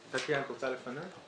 טטיאנה, את רוצה לדבר לפניי?